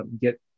get